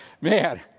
Man